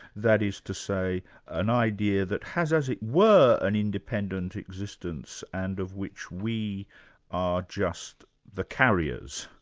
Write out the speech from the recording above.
that is to say an idea that has as it were an independent existence, and of which we are just the carriers.